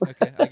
Okay